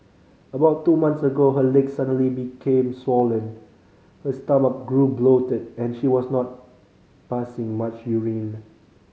about two months ago her legs suddenly became swollen her stomach grew bloated and she was not passing much urine